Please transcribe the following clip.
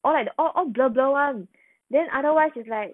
all like all all blur blur [one] then otherwise it's like